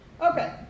Okay